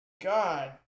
God